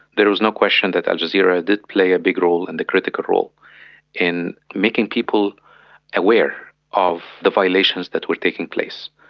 there was no question that al jazeera did play a big role and a critical role in making people aware of the violations that were taking place.